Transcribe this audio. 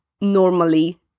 normally